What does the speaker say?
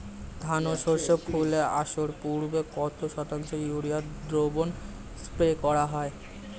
ধান ও সর্ষে ফুল আসার পূর্বে কত শতাংশ ইউরিয়া দ্রবণ স্প্রে করা হয়?